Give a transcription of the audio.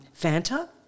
Fanta